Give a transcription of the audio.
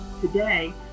Today